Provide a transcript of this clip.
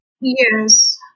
Yes